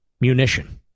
munition